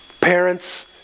parents